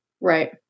Right